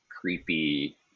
creepy